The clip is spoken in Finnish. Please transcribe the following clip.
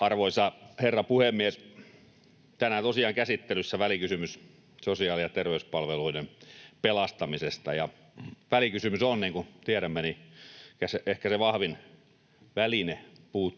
Arvoisa herra puhemies! Tänään on tosiaan käsittelyssä välikysymys sosiaali- ja terveyspalveluiden pelastamisesta. Välikysymys on, niin kuin tiedämme, ehkä se vahvin väline puuttua